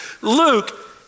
Luke